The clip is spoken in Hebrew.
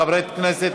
חברי הכנסת,